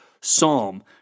psalm